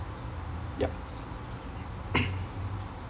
yup